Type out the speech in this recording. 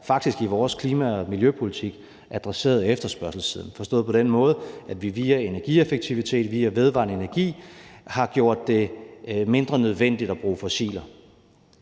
70'erne i vores klima- og miljøpolitik adresseret efterspørgselssiden, forstået på den måde, at vi via energieffektivitet og via vedvarende energi har gjort det mindre nødvendigt at bruge fossiler.